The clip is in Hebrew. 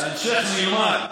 בהמשך נלמד.